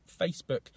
Facebook